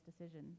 decision